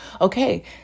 okay